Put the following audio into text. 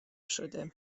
شده